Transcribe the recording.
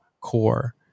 core